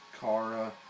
Kara